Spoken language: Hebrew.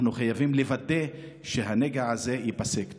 אנחנו חייבים לוודא שהנגע הזה ייפסק.